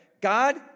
God